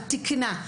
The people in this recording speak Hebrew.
על תיקנה,